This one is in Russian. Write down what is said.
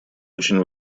очень